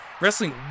wrestling